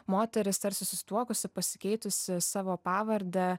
moteris tarsi susituokusi pasikeitusi savo pavardę